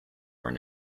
where